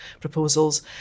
proposals